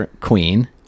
queen